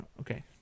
Okay